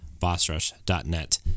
bossrush.net